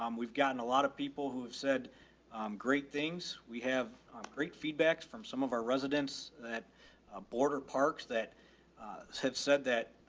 um we've gotten a lot of people who've said great things. we have great feedback from some of our residents that ah boarder parks that have said that.